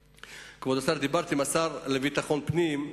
כבוד השר, דיברתי עם השר לביטחון פנים,